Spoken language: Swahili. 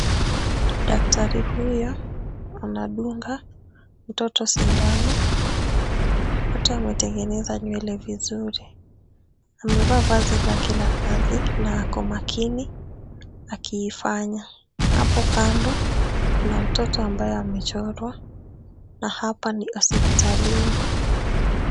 Daktari huyo anadunga mtoto sindano. Wote wametengeneza nywele vizuri. Amevaa vazi lake la kazi na kwa makini akiifanya. Hapo kando kuna mtoto ambaye amechorwa na hapa ni hospitalini.